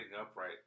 upright